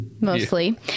Mostly